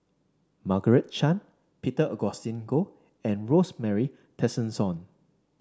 Margaret Chan Peter Augustine Goh and Rosemary Tessensohn